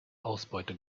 ausbeute